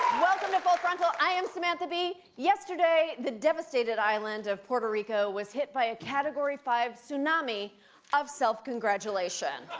welcome to full frontal. i am samantha bee. yesterday, the devastated island of puerto rico was hit by a category five tsunami of self-congratulation.